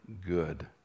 good